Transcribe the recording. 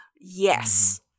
Yes